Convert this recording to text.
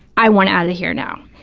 i want out of here now.